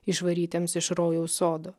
išvarytiems iš rojaus sodų